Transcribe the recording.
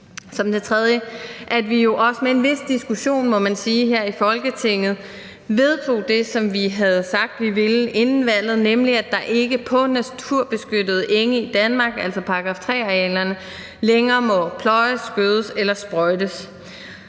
Som det tredje kan nævnes: at vi jo også med en vis diskussion, må man sige, her i Folketinget, vedtog det, som vi havde sagt, vi ville inden valget, nemlig at der ikke på naturbeskyttede enge i Danmark, altså § 3-arealerne, længere må pløjes, gødes eller sprøjtes.